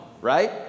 right